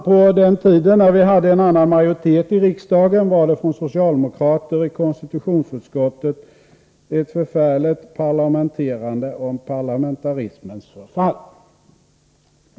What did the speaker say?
På den tiden när vi hade en annan majoritet i riksdagen var det från socialdemokrater i konstitutionsutskottet ett förfärligt parlamenterande om parlamentarismens förfall.